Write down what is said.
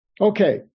Okay